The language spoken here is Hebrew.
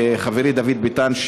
חברי דוד ביטן,